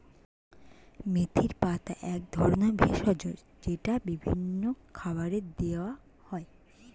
মেথির পাতা এক ধরনের ভেষজ যেটা বিভিন্ন খাবারে দেওয়া হয়